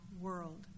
world